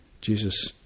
Jesus